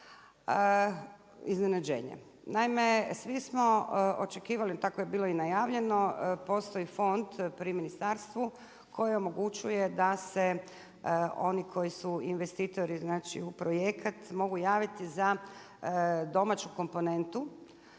Naime svi smo očekivali, tako je bilo i najavljeno, postoji fond pri ministarstvu koji omogućuje da se oni koji su investitori znači u projekat mogu javiti za domaću komponentu